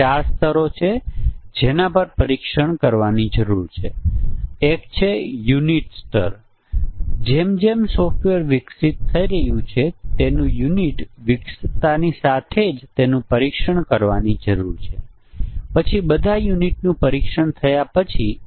ચાલો ધારીએ કે અહીં 10 અને અહીં 10 છે ચાલો સરળતા માટે ધારી લઈએ કે આ 3 પાસે ફક્ત 10 કિંમતો છે વાસ્તવમાં અહીં ઘણા વધારે છે ચાલો આપણે તે 10 ધારીએ